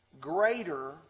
greater